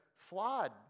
Flawed